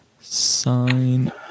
sign